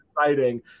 exciting